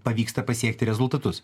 pavyksta pasiekti rezultatus